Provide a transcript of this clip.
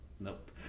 Nope